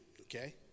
okay